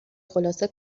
خلاصه